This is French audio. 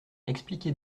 expliquez